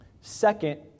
Second